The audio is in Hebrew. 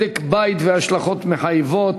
בדק-בית והשלכות מחייבות,